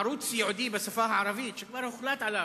ערוץ ייעודי בשפה הערבית, שכבר הוחלט עליו,